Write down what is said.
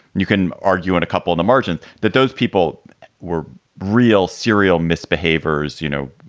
you can argue and a couple on the margin that those people were real serial misbehaviors, you know,